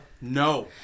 No